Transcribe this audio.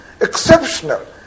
exceptional